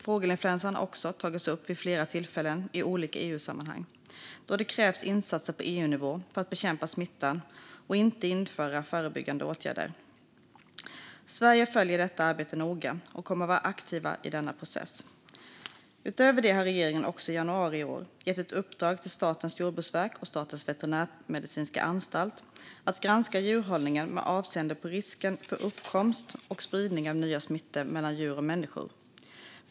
Fågelinfluensa har också tagits upp vid flera tillfällen i olika EU-sammanhang, då det krävs insatser på EU-nivå för att bekämpa smittan och införa förebyggande åtgärder. Sverige följer detta arbete noga och kommer att vara aktivt i denna process. Utöver det har regeringen också i januari i år gett ett uppdrag till Statens jordbruksverk och Statens veterinärmedicinska anstalt att granska djurhållning med avseende på risken för uppkomst och spridning av nya smittor mellan djur och människa.